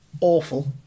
awful